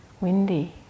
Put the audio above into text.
windy